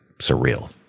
surreal